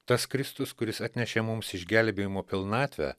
tas kristus kuris atnešė mums išgelbėjimo pilnatvę